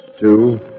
two